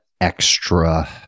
extra